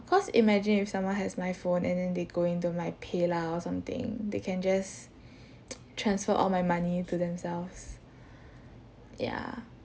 cause imagine if someone has my phone and then they go into my paylah or something they can just transfer all my money to themselves ya